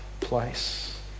place